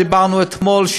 דיברנו אתמול,